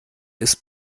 ist